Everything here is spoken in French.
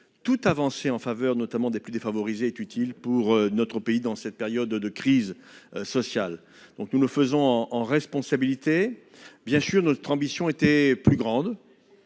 toute avancée en faveur des plus défavorisés est utile pour notre pays, dans cette période de crise sociale. Nous le ferons en responsabilité. Notre ambition était plus grande.